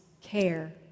care